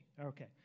Okay